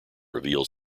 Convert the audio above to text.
reveals